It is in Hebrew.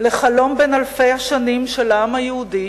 לחלום בן אלפי השנים של העם היהודי